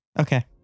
Okay